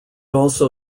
also